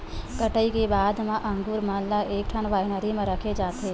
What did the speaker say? कटई के बाद म अंगुर मन ल एकठन वाइनरी म रखे जाथे